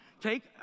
Take